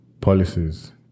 policies